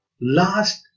last